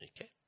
Okay